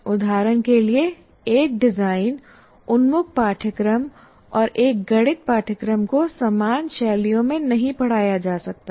उदाहरण के लिए एक डिजाइन उन्मुख पाठ्यक्रम और एक गणित पाठ्यक्रम को समान शैलियों में नहीं पढ़ाया जा सकता है